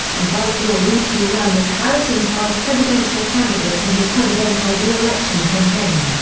and whitelaw reid who ran as harrison's vice presidential candidate in his presidential reelection campaign.